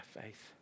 faith